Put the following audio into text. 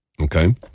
Okay